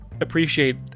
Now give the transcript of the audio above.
appreciate